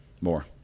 More